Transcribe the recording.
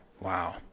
Wow